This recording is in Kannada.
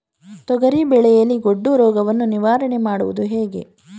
ತೊಗರಿ ಬೆಳೆಯಲ್ಲಿ ಗೊಡ್ಡು ರೋಗವನ್ನು ನಿವಾರಣೆ ಮಾಡುವುದು ಹೇಗೆ?